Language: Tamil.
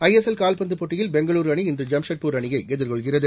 ஐ எஸ் எல் கால்பந்துப் போட்டியில் பெங்களுரு அணி இன்று ஜாம்ஷெட்பூர் அணியை எதிர்கொள்கிறது